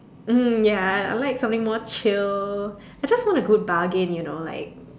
mm ya I I like something more chill I just want a good bargain you know like